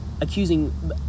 accusing